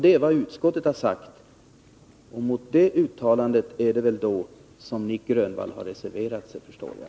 Det är vad utskottet sagt, och mot det uttalandet är det väl som Nic Grönvall har reserverat sig.